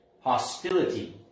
hostility